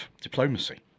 diplomacy